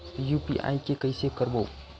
UPI के कइसे करबो?